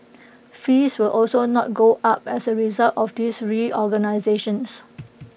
fees will also not go up as A result of this reorganisations